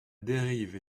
dérive